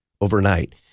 overnight